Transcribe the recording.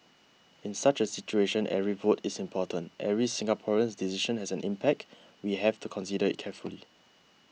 in such a situation every vote is important every Singaporean's decision has an impact we have to consider it carefully